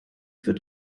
wird